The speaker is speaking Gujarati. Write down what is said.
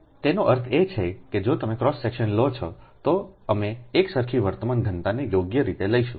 તેનો અર્થ એ છે કે જો તમે ક્રોસ સેક્શન લો છો તો અમે એકસરખી વર્તમાન ઘનતાને યોગ્ય રીતે લઈશું